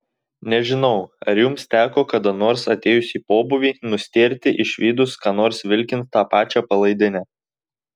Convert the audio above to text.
nežinau ar jums teko kada nors atėjus į pobūvį nustėrti išvydus ką nors vilkint tą pačią palaidinę